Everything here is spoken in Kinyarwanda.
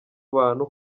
bantu